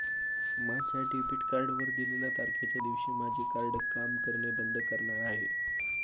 माझ्या डेबिट कार्डवर दिलेल्या तारखेच्या दिवशी माझे कार्ड काम करणे बंद करणार आहे